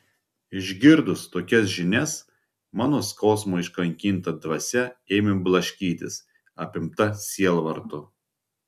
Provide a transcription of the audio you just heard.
išgirdus tokias žinias mano skausmo iškankinta dvasia ėmė blaškytis apimta sielvarto